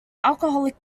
alcoholic